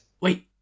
Wait